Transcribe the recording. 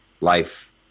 life